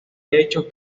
hecho